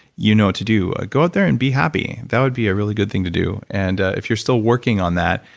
you know what to do. go out there and be happy. that would be a really good thing to do, and ah if you're still working on that,